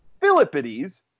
Philippides